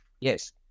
Yes